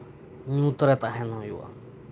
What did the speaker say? ᱧᱩᱛᱨᱮ ᱛᱟᱦᱮᱱ ᱦᱳᱭᱳᱜᱼᱟ